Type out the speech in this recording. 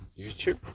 YouTube